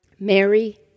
Mary